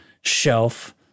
shelf